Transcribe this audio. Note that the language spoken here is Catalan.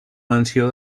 menció